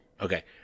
Okay